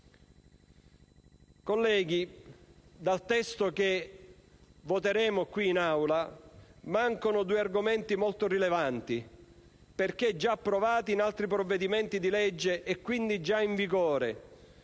Colleghi, dal testo che voteremo qui in Aula mancano due argomenti molto rilevanti, perché già approvati in altri provvedimenti di legge e quindi già in vigore.